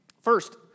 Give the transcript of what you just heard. First